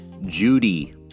Judy